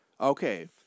Okay